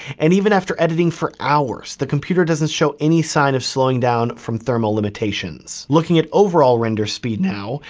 and even after editing for hours, the computer doesn't show any sign of slowing down from thermal limitations. looking at overall render speed now,